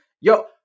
yo